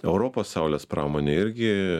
europos saulės pramonė irgi